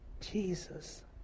Jesus